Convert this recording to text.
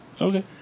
Okay